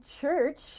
church